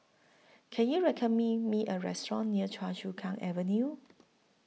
Can YOU recommend Me A Restaurant near Choa Chu Kang Avenue